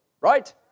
right